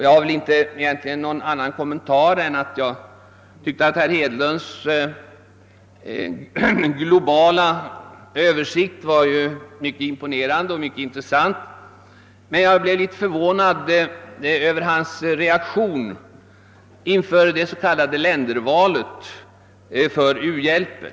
Jag har inte någon annan kommentar än att herr Hedlunds globala översikt visserligen var mycket imponerande och intressant, men jag blev en smula förvånad över hans reaktion inför det s.k. ländervalet för uhjälpen.